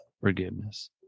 forgiveness